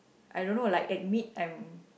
I don't know like admit I'm